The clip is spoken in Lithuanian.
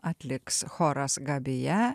atliks choras gabija